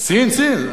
סין, סין.